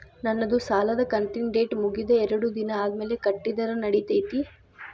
ನನ್ನ ಸಾಲದು ಕಂತಿನ ಡೇಟ್ ಮುಗಿದ ಎರಡು ದಿನ ಆದ್ಮೇಲೆ ಕಟ್ಟಿದರ ನಡಿತೈತಿ?